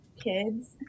kids